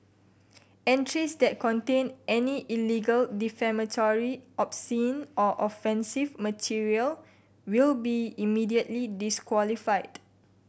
entries that contain any illegal defamatory obscene or offensive material will be immediately disqualified